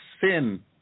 sin